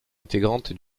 intégrante